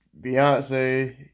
Beyonce